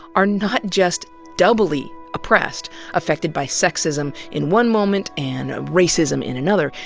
are not just doubly oppressed affected by sexism in one moment and racism in another.